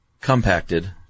compacted